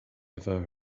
ever